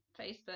Facebook